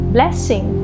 Blessing